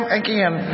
again